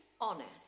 honest